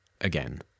Again